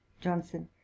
johnson